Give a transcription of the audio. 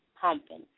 pumping